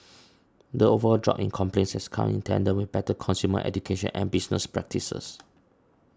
the overall drop in complaints has come in tandem with better consumer education and business practices